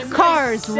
cars